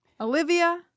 Olivia